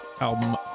album